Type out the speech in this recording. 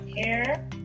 hair